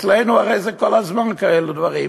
אצלנו הרי כל הזמן זה כאלה דברים.